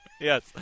Yes